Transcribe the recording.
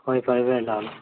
ꯍꯣꯏ ꯐꯔꯦ ꯐꯔꯦ ꯂꯥꯛꯑꯣ ꯂꯥꯛꯑꯣ